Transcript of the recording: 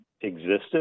existed